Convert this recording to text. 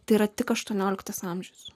tai yra tik aštuonioliktas amžius